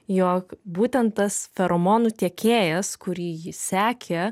jog būtent tas feromonų tiekėjas kurį ji sekė